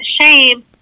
shame